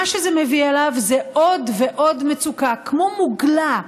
מה שזה מביא זה עוד ועוד מצוקה, כמו מוגלה,